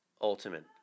ultimate